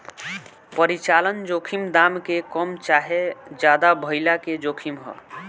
परिचालन जोखिम दाम के कम चाहे ज्यादे भाइला के जोखिम ह